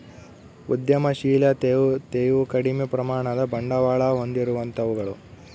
ಉದ್ಯಮಶಿಲತೆಯು ಕಡಿಮೆ ಪ್ರಮಾಣದ ಬಂಡವಾಳ ಹೊಂದಿರುವಂತವುಗಳು